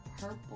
Purple